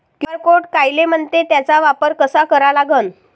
QR code कायले म्हनते, त्याचा वापर कसा करा लागन?